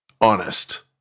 honest